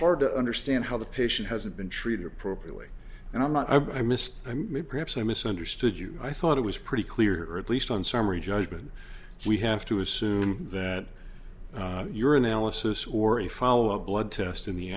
hard to understand how the patient hasn't been treated appropriately and i'm not i missed i mean perhaps i misunderstood you i thought it was pretty clear at least on summary judgment we have to assume that your analysis or a follow up blood test in the